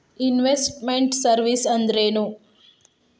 Invest made services ಅಂದ್ರೇನು?